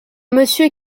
monsieur